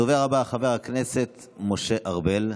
הדובר הבא חבר הכנסת משה ארבל,